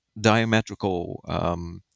diametrical